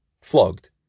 flogged